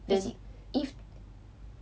then